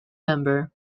member